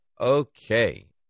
Okay